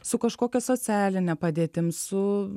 su kažkokia socialine padėtim su